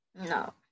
No